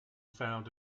found